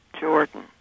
Jordan